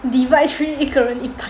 divide three 一个人